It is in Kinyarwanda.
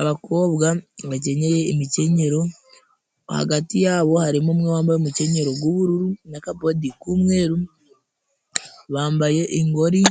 Abakobwa bakeneye imikenyero, hagati yabo harimo umwe wambaye umukenyero gw'ubururu n'kabodi k'umweru, bambaye ingori,